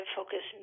focus